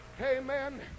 Amen